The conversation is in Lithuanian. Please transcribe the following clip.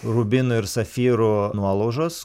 rubinų ir safyrų nuolaužos